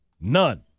None